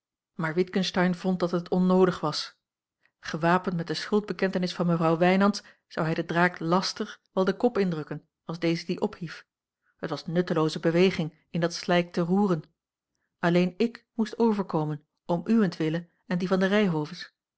maar witgensteyn vond dat het onnoodig was gewapend met de schuldbekentenis van mevrouw wijnands zou hij den draak laster wel den kop indrukken als deze dien ophief het was nuttelooze beweging in dat slijk te roeren alleen ik moest overkomen om uwentwille en die van de